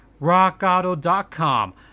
rockauto.com